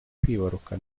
kwibaruka